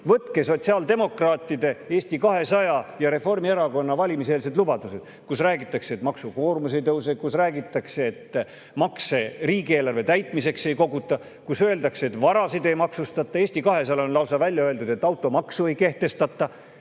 Võtke sotsiaaldemokraatide, Eesti 200 ja Reformierakonna valimiseelsed lubadused, kus räägitakse, et maksukoormus ei tõuse, kus räägitakse, et makse riigieelarve täitmiseks ei koguta, kus öeldakse, et varasid ei maksustata. Eesti 200 on lausa välja öelnud, et automaksu ei kehtestata.